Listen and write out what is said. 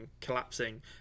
collapsing